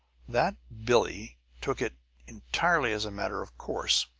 that billie took it entirely as a matter of course,